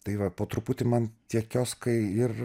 tai va po truputį man tie kioskai ir